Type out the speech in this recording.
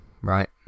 right